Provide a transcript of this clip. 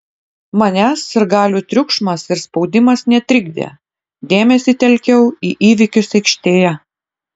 manęs sirgalių triukšmas ir spaudimas netrikdė dėmesį telkiau į įvykius aikštėje